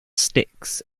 sticks